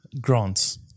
Grants